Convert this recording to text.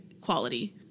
quality